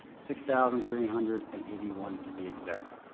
six thousand three hundred and eighty one to be exact.